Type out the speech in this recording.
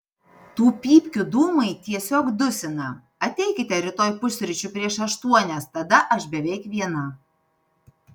tų pypkių dūmai tiesiog dusina ateikite rytoj pusryčių prieš aštuonias tada aš beveik viena